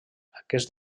aquest